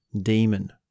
demon